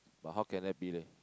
but how can that be leh